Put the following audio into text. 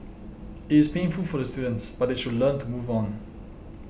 it is painful for the students but they should learn to move on